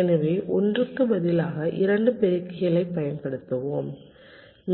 எனவே ஒன்றுக்கு பதிலாக 2 பெருக்கிகளைப் பயன்படுத்துவோம்